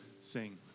sing